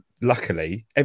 luckily